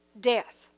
death